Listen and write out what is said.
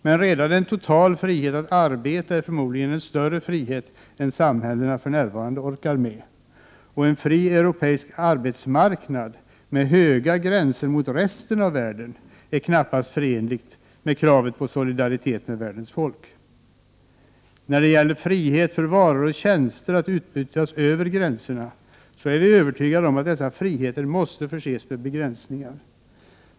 Men en total frihet att arbeta i alla EG-länder är förmodligen en större frihet än vad samhällena för närvarande orkar med. En fri europeisk arbetsmarknad med höga murar gentemot resten av världen är knappast förenlig med kravet på solidaritet med världens folk. När det gäller frihet att utbyta varor och tjänster över gränserna är jag övertygad om att denna frihet måste förses med begränsningar.